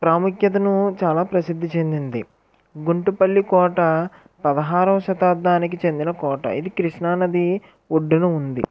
ప్రాముఖ్యతను చాలా ప్రసిద్ది చెందింది గుంటుపల్లి కోట పదహారవ శతాబ్దానికి చెందిన కోట ఇది కృష్ణానది ఒడ్డున ఉంది